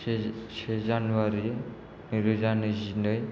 से जानुवारि नैरोजा नैजिनै